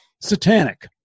satanic